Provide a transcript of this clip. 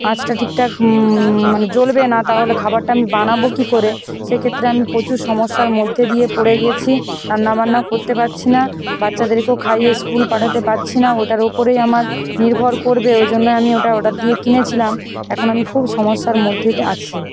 আঁচটা ঠিকঠাক মানে জ্বলবে না তাহলে খাবারটা আমি বানাবো কী করে সেক্ষেত্রে আমি প্রচুর সমস্যার মধ্যে দিয়ে পড়ে গেছি রান্না বান্নাও করতে পারছি না বাচ্চাদেরকেও খাইয়ে স্কুল পাঠাতে পারছি না ওটার উপরেই আমার নির্ভর করবে ওই জন্য আমি ওটা অর্ডার দিয়ে কিনেছিলাম এখন আমি খুব সমস্যার মধ্যে দিয়ে আছি